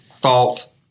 thoughts